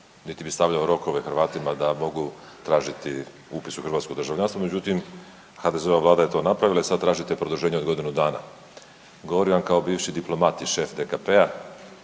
niti bi stavljao rokove Hrvatima da mogu tražiti upis u hrvatsko državljanstvo, međutim HDZ-ova vlada je to napravila i sad tražite produženje od godinu dana. Govorim vam kao bivši diplomat i šef DKP-a,